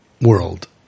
world